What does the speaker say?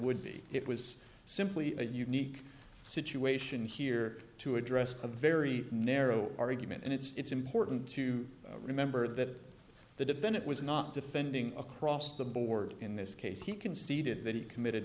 would be it was simply a unique situation here to address a very narrow argument and it's important to remember that the defendant was not defending across the board in this case he conceded that he committed